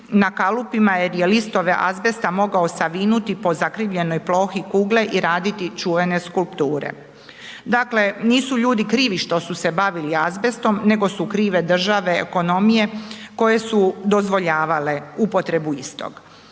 na kalupima jer je listove azbesta mogao savinuti po zakrivljenoj plohi kugle i raditi čuvene skulpture. Dakle, nisu ljudi krivi što su se bavili azbestom nego su krive države ekonomije koje su dozvoljavale upotrebu istog.